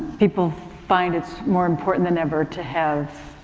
people find its more important than ever to have,